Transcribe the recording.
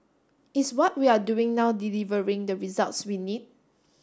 is what we are doing now delivering the results we need